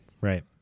right